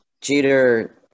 Jeter